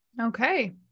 Okay